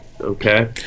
Okay